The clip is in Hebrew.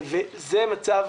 זה מצב